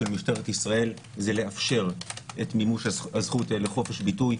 של משטרת ישראל זה לאפשר את מימוש הזכות לחופש ביטוי.